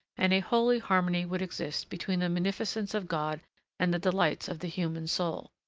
and a holy harmony would exist between the munificence of god and the delights of the human soul.